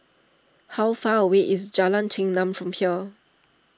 how far away is Jalan Chengam from here